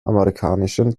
amerikanischen